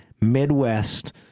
Midwest